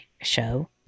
show